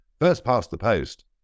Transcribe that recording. first-past-the-post